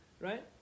right